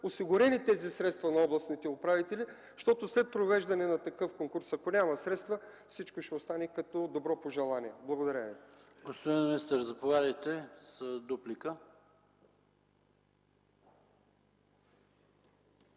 осигурени тези средства на областните управители, защото след провеждане на такъв конкурс, ако няма средства, всичко ще остане като добро пожелание. Благодаря Ви. ПРЕДСЕДАТЕЛ ПАВЕЛ ШОПОВ: Господин министър, заповядайте за дуплика.